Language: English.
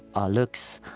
our looks,